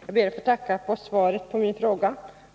Herr talman! Jag ber att få tacka industriministern för svaret på min fråga.